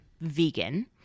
vegan